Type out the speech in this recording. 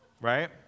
Right